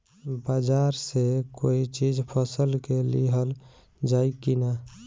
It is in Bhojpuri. बाजार से कोई चीज फसल के लिहल जाई किना?